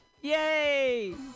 Yay